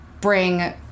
bring